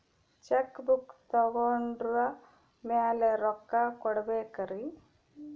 Check book ತೊಗೊಂಡ್ರ ಮ್ಯಾಲೆ ರೊಕ್ಕ ಕೊಡಬೇಕರಿ?